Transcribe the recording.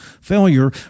failure